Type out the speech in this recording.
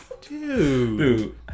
Dude